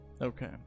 Okay